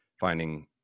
finding